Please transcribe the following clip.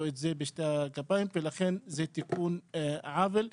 את זה בשתי הגפיים ולכן זה תיקון עוול.